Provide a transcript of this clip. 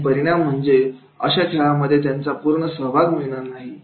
आणि परिणाम म्हणजे अशा खेळामध्ये त्यांचा पूर्ण सहभाग मिळणार नाही